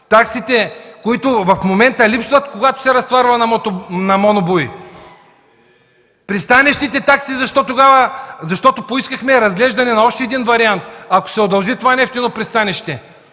таксите, които в момента липсват, когато се разтоварват на монобуй?! За пристанищните такси – поискахме разглеждане на още един вариант – ако се удължи това нефтено пристанище.